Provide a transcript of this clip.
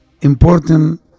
important